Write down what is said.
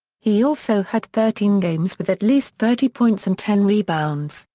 he also had thirteen games with at least thirty points and ten rebounds,